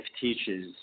teaches